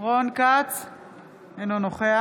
אינו נוכח